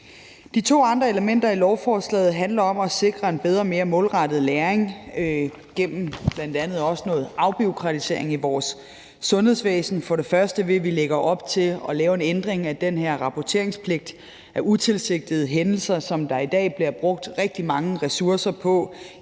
De to andre elementer i lovforslaget handler om at sikre en bedre og mere målrettet læring gennem bl.a. også noget afbureaukratisering i vores sundhedsvæsen. Det er som det første ved, at vi lægger op til at lave en ændring af den her rapporteringspligt af utilsigtede hændelser, som der i dag bliver brugt rigtig mange ressourcer på